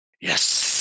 yes